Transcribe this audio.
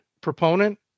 proponent